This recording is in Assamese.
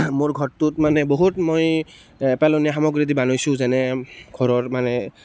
মোৰ ঘৰটোত মানে বহুত মই এ পেলনীয়া সামগ্ৰী দি বনাইছোঁ যেনে ঘৰৰ মানে